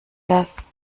das